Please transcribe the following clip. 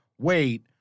Wait